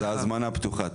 זו הזמנה פתוחה.